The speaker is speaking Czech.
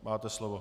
Máte slovo.